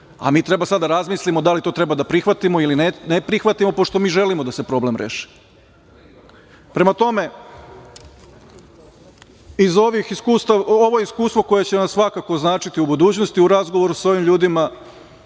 a mi treba sada da razmislimo da li to treba da prihvatimo ili ne prihvatimo, pošto mi želimo da se problem reši. Prema tome, ovo iskustvo će nam svakako značiti u budućnosti u razgovoru sa ovim ljudima